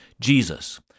Jesus